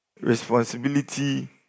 responsibility